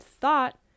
thought